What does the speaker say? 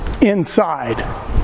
Inside